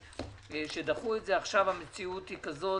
עכשיו המציאות היא כזו